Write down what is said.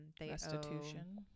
Restitution